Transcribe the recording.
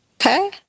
Okay